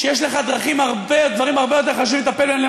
שיש לך דברים הרבה יותר חשובים לטפל בהם,